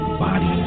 body